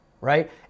right